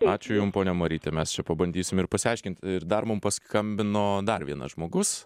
ačiū jum ponia maryte mes čia pabandysim ir pasiaiškint ir dar mum paskambino dar vienas žmogus